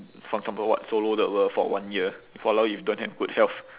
for example what solo the world for one year !walao! if don't have good health